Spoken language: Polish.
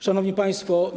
Szanowni Państwo!